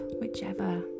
Whichever